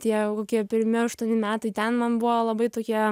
tie kokie pirmi aštuoni metai ten man buvo labai tokie